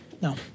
no